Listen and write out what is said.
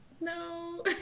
No